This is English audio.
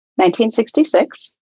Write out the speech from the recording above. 1966